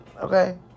okay